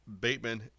Bateman